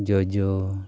ᱡᱚᱡᱚ